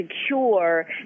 secure